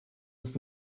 uns